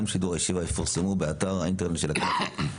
בשידור ישיר ויפורסמו באתר האינטרנט של הכנסת.